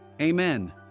Amen